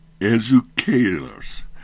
Educators